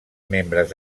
membres